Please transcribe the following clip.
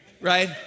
Right